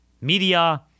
media